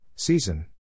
Season